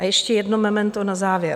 A ještě jedno memento na závěr.